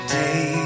day